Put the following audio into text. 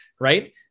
right